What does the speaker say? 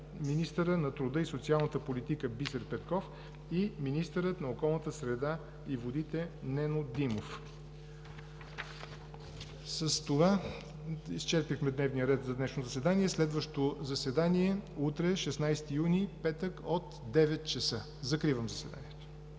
министърът на труда и социалната политика Бисер Петков и министърът на околната среда и водите Нено Димов. С това изчерпахме дневния ред за днешното заседание. Следващо заседание е утре, 16 юни 2017 г., петък от 9,00 ч. Закривам пленарното